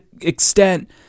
extent